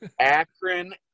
Akron